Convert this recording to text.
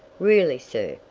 really, sir,